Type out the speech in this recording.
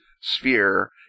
sphere